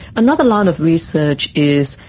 another line of research is,